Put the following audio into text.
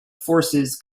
forces